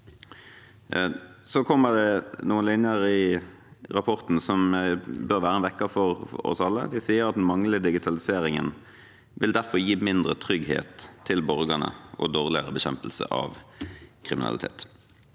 Så kommer det noen linjer i rapporten som bør være en vekker for oss alle. De sier at den manglende digitaliseringen derfor vil gi mindre trygghet til borgerne og dårligere bekjempelse av kriminalitet.